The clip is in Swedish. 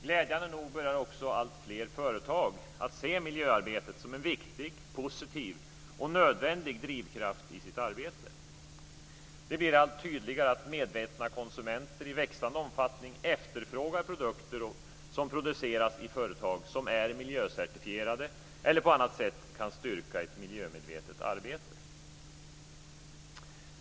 Glädjande nog börjar också alltfler företag att se miljöarbetet som en viktig, positiv och nödvändig drivkraft i sitt arbete. Det blir allt tydligare att medvetna konsumenter i växande omfattning efterfrågar produkter som produceras i företag som är miljöcertifierade eller på annat sätt kan styrka ett miljömedvetet arbete.